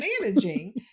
managing